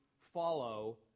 follow